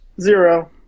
zero